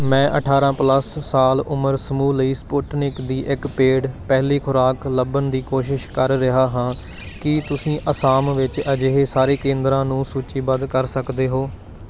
ਮੈਂ ਅਠਾਰਾਂ ਪਲੱਸ ਸਾਲ ਉਮਰ ਸਮੂਹ ਲਈ ਸਪੁਟਨਿਕ ਦੀ ਇੱਕ ਪੇਡ ਪਹਿਲੀ ਖੁਰਾਕ ਲੱਭਣ ਦੀ ਕੋਸ਼ਿਸ਼ ਕਰ ਰਿਹਾ ਹਾਂ ਕੀ ਤੁਸੀਂ ਅਸਾਮ ਵਿੱਚ ਅਜਿਹੇ ਸਾਰੇ ਕੇਂਦਰਾਂ ਨੂੰ ਸੂਚੀਬੱਧ ਕਰ ਸਕਦੇ ਹੋ